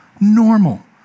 Normal